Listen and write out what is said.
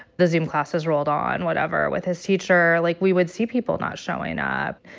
the zoom classes rolled on, whatever, with his teacher. like, we would see people not showing up.